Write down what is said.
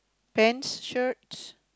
pants shirt